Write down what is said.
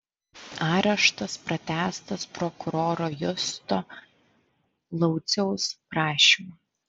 areštas pratęstas prokuroro justo lauciaus prašymu